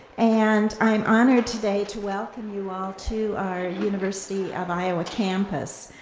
and i'm honored today to welcome you all to our university of iowa campus.